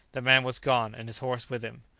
the man was gone, and his horse with him!